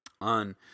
on